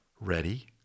Ready